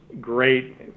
great